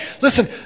Listen